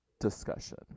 Discussion